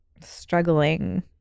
struggling